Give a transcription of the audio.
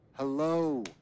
Hello